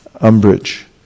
umbrage